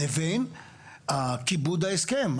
לבין כיבוד ההסכם.